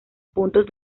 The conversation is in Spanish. puntos